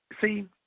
See